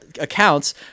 accounts